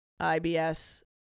IBS